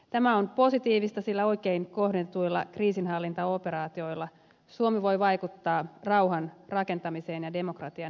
tämä on positiivista sillä oikein kohdentuvilla kriisinhallintaoperaatioilla suomi voi vaikuttaa rauhanrakentamiseen ja demokratian edistämiseen